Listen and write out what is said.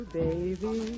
baby